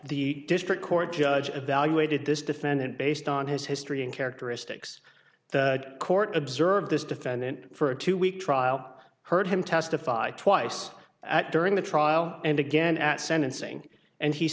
the district court judge at value a did this defendant based on his history and characteristics the court observed this defendant for a two week trial heard him testify twice at during the trial and again at sentencing and he